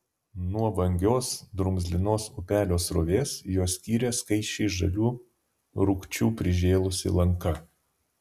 nuo vangios drumzlinos upelio srovės juos skyrė skaisčiai žalių rūgčių prižėlusi lanka